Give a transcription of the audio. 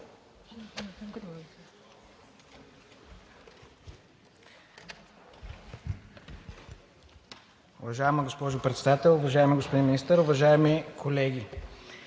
Уважаема госпожо Председател, уважаеми господин Министър, уважаеми колеги!